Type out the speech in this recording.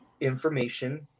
information